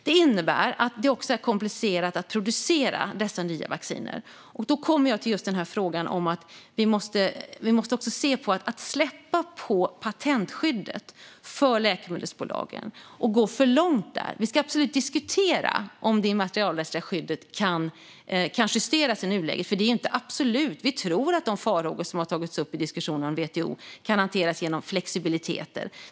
Det innebär att det också är komplicerat att producera dessa nya vacciner. Då kommer jag till frågan om att släppa på patentskyddet för läkemedelsbolagen och gå för långt där. Vi ska absolut diskutera om det immaterialrättsliga skyddet kan justeras i nuläget, för det är inte absolut. Vi tror att de farhågor som har tagits upp i diskussionen om WTO kan hanteras genom flexibilitet.